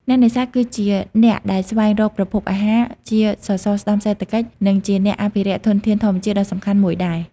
អ្នកនេសាទ គឺជាអ្នកដែលស្វែងរកប្រភពអាហារ ជាសសរស្តម្ភសេដ្ឋកិច្ច និងជាអ្នកអភិរក្សធនធានធម្មជាតិដ៏សំខាន់មួយដែរ។